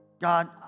God